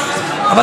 אבל אורן,